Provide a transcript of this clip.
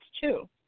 two